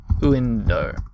Window